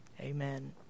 Amen